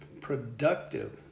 productive